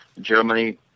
Germany